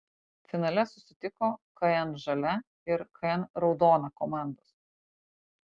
finale susitiko kn žalia ir kn raudona komandos